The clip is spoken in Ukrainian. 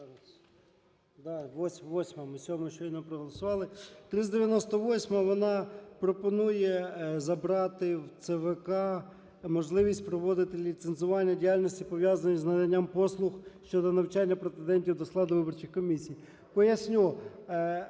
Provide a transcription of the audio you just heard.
вона пропонує забрати в ЦВК можливість проводити ліцензування діяльності, пов’язаної з наданням послуг щодо навчання претендентів до складу виборчих комісій. Поясню: